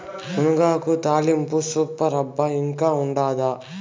మునగాకు తాలింపు సూపర్ అబ్బా ఇంకా ఉండాదా